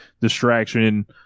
distraction